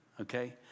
okay